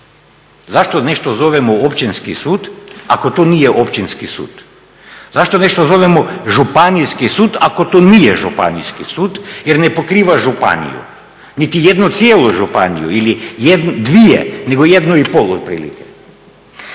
Zašto nešto zovemo Općinski sud ako to nije općinski sud? Zašto nešto zovemo Županijski sud ako to nije županijski sud jer ne pokriva županiju, niti jednu cijelu županiju ili dvije, nego jednu i pol, otprilike.